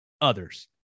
others